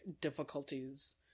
difficulties